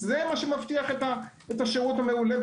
זה מה שמבטיח את השירות המעולה.